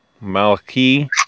Malachi